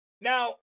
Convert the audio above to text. Now